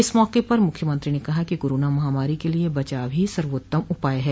इस मौके पर मुख्यमंत्री ने कहा कि कोरोना महामारी के लिए बचाव ही सर्वोत्तम उपाय है